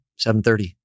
7.30